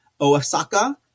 Osaka